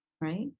right